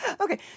Okay